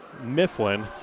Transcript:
Mifflin